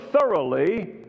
thoroughly